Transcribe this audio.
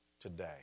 today